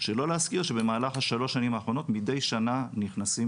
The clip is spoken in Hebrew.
שלא להזכיר שבמהלך שלוש השנים האחרונות מידי שנה נכנסים